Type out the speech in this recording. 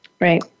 Right